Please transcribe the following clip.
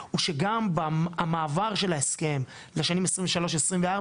שגם המעבר של ההסכם לשנים 23-24,